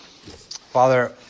Father